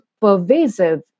pervasive